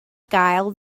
gael